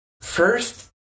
first